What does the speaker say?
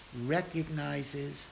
recognizes